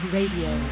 Radio